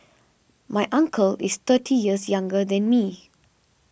my uncle is thirty years younger than me